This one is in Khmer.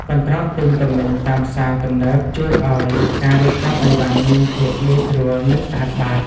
កន្ត្រកទិញទំនិញតាមផ្សារទំនើបជួយឱ្យការរៀបចំអីវ៉ាន់មានភាពងាយស្រួល និងស្អាតបាត។